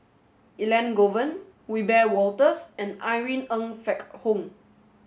Elangovan Wiebe Wolters and Irene Ng Phek Hoong